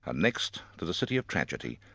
ah next, to the city of tragedy,